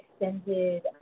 extended